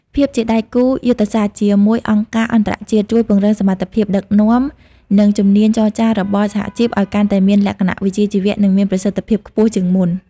ភាពជាដៃគូយុទ្ធសាស្ត្រជាមួយអង្គការអន្តរជាតិជួយពង្រឹងសមត្ថភាពដឹកនាំ និងជំនាញចរចារបស់សហជីពឱ្យកាន់តែមានលក្ខណៈវិជ្ជាជីវៈ និងមានប្រសិទ្ធភាពខ្ពស់ជាងមុន។